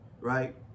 right